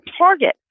target